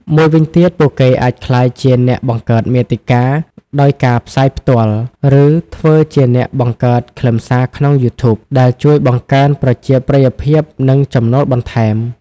មួយវិញទៀត ពួកគេអាចក្លាយជា អ្នកបង្កើតមាតិកា ដោយការផ្សាយផ្ទាល់ ឬធ្វើជាអ្នកបង្កើតខ្លឹមសារក្នុងយូធូប ដែលជួយបង្កើនប្រជាប្រិយភាព និងចំណូលបន្ថែម។